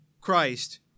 Christ